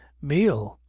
meal!